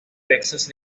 texas